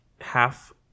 half